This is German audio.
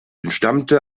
entstammte